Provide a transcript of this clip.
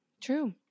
True